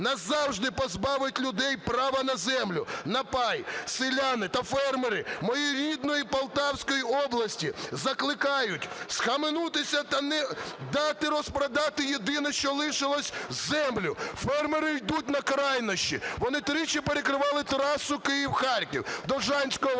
назавжди позбавить людей права на землю, на пай. Селяни та фермери моєї рідної Полтавської області закликають схаменутися та не дати розпродати єдине, що лишилось, – землю. Фермери йдуть на крайнощі. Вони тричі перекривали трасу Київ-Харків, в Довжанському районі